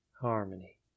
Harmony